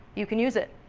you can use it.